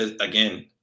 again